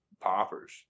poppers